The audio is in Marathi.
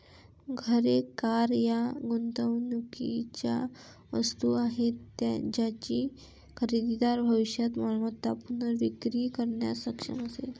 घरे, कार या गुंतवणुकीच्या वस्तू आहेत ज्याची खरेदीदार भविष्यात मालमत्ता पुनर्विक्री करण्यास सक्षम असेल